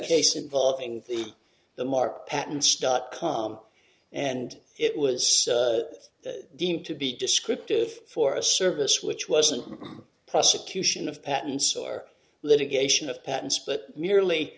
case involving the mark patents dot com and it was deemed to be descriptive for a service which wasn't prosecution of patents or litigation of patents but merely